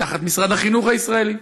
תחת משרד החינוך הישראלי,